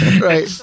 Right